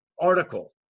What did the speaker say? article